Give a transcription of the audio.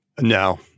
No